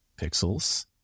pixels